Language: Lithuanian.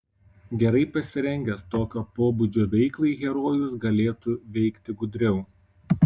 gerai pasirengęs tokio pobūdžio veiklai herojus galėtų veikti gudriau